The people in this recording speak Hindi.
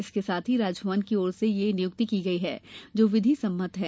इसके बाद ही राजभवन की ओर से यह नियुक्ति की गई है जो विधि सम्मत है